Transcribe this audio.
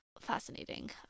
fascinating